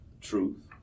truth